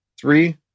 Three